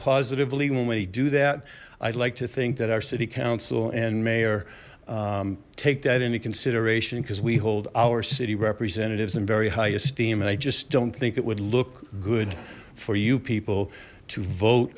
positively when we do that i'd like to think that our city council and mayor take that into consideration because we hold our city representatives and very high esteem and i just don't think it would look good for you people to vote